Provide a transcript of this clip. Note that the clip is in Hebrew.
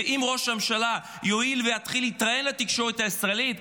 ואם ראש הממשלה יואיל ויתחיל להתראיין לתקשורת הישראלית,